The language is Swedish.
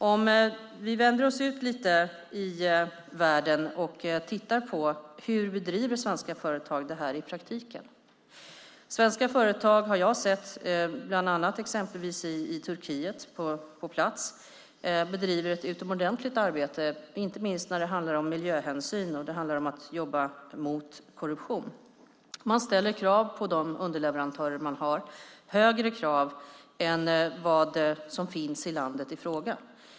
Vi kan vända oss ut i världen och titta på hur svenska företag bedriver detta i praktiken. Svenska företag har jag sett bland annat i Turkiet på plats bedriva utomordentligt arbete, inte minst när det gäller miljöhänsyn och att jobba mot korruption. Man ställer krav på de underleverantörer man har, högre krav än vad som finns i landet i fråga.